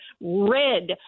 red